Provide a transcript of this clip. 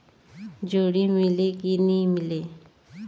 जोणी मीले कि नी मिले?